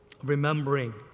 remembering